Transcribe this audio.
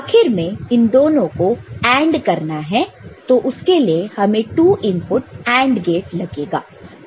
आखिर में इन दोनों को AND करना है तो इसके लिए हमें 2 इनपुट AND गेट लगेगा